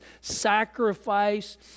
sacrifice